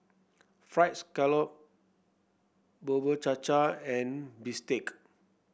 fried scallop Bubur Cha Cha and bistake